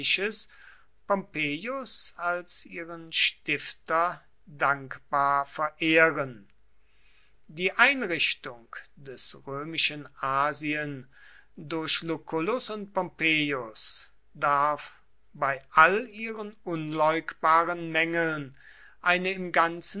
als ihren stifter dankbar verehren die einrichtung des römischen asien durch lucullus und pompeius darf bei all ihren unleugbaren mängeln eine im ganzen